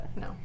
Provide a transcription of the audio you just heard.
No